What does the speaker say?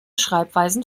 schreibweisen